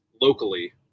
locally